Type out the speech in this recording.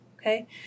okay